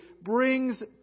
brings